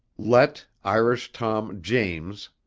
let irish tom james,